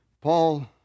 Paul